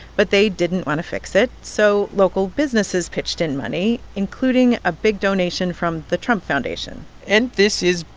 but they didn't want to fix it, so local businesses pitched in money, including a big donation from the trump foundation and this is,